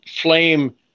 flame